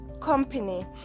company